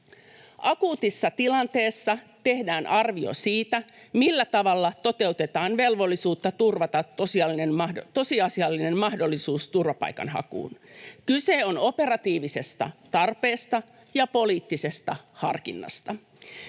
Akuutissa tilanteessa tehdään arvio siitä, millä tavalla toteutetaan velvollisuutta turvata tosiasiallinen mahdollisuus turvapaikanhakuun. Kyse on operatiivisesta tarpeesta ja poliittisesta harkinnasta.